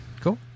Cool